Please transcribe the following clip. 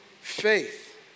faith